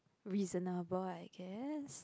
reasonable I guess